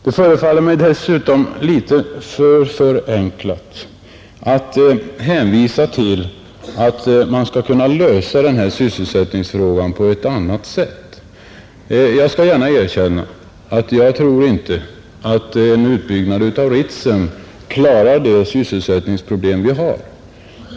Det förefaller mig dessutom litet för förenklat att hänvisa till att man skulle kunna lösa sysselsättningsproblemen på ett annat sätt. Jag skall gärna erkänna att jag inte tror att en utbyggnad av Ritsem löser de sysselsättningsproblem vi har.